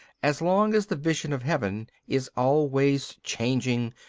as long as the vision of heaven is always changing,